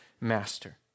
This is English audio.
master